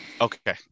Okay